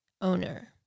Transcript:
owner